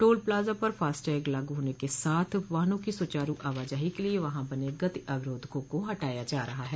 toll plaza पर फास्टैग के लागू होने के साथ वाहनों की सुचारू आवाजाही के लिए वहां बने गति अवरोधकों को हटाया जा रहा है